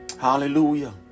Hallelujah